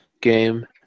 game